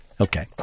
Okay